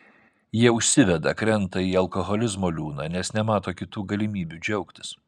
jie užsiveda krenta į alkoholizmo liūną nes nemato kitų galimybių džiaugtis